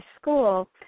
school